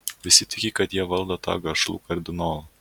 visi tiki kad jie valdo tą gašlų kardinolą